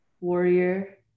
warrior